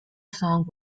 song